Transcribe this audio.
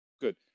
Good